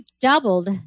doubled